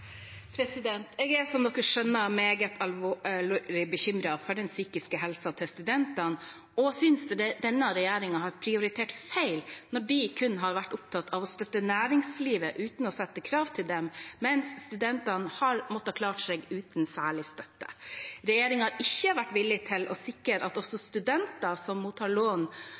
Jeg er, som man kan skjønne, meget alvorlig bekymret for den psykiske helsen til studentene og synes denne regjeringen har prioritert feil når de har vært opptatt av å støtte næringslivet uten å stille krav til dem, mens studentene har måttet klare seg uten særlig støtte. Regjeringen har ikke vært villig til å sikre at også studenter som mottar lån